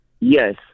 yes